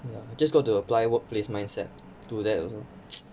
ya I'm just going to apply workplace mindset to that also